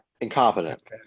Incompetent